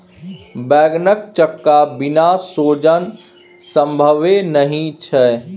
बैंगनक चक्का बिना सोजन संभवे नहि छै